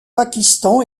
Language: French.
pakistan